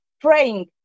praying